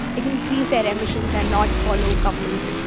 increase their emissions, and not for low government.